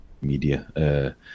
media